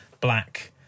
black